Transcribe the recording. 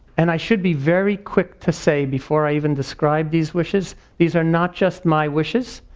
and i should be very quick to say before i even describe these wishes, these are not just my wishes,